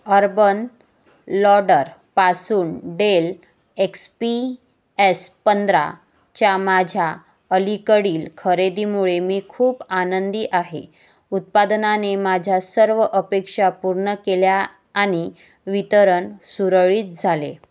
urban लॉडरपासून Dell X P S पंधराच्या माझ्या अलीकडील खरेदीमुळे मी खूप आनंदी आहे उत्पादनाने माझ्या सर्व अपेक्षा पूर्ण केल्या आणि वितरण सुरळीत झाले